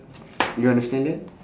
do you understand that